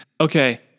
Okay